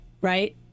right